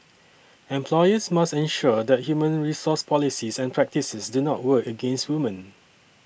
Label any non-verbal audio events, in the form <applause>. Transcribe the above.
<noise> employers must ensure that human resource policies and practices do not work against women